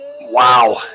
Wow